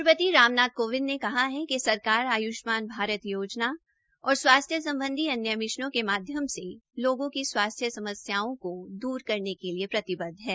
राष्ट्रपति रामनाथ कोविंद ने कहा है कि सरकार आयुष्मान भारत योजना और स्वास्थ्य संबंधी अन्य मिशनों के माध्यम से लोगों की स्वास्थ्य समस्याओं को दूर करने के लिए प्रतिबद्ध है